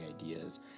ideas